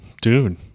Dude